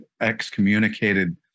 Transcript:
excommunicated